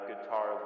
guitar